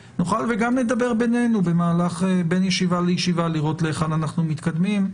נדבר בינינו בין ישיבה לישיבה כדי לראות להיכן אנחנו מתקדמים.